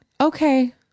okay